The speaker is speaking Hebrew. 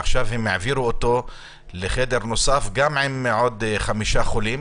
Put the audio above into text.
עכשיו העבירו אותו לחדר אחר, עם עוד חמישה חולים.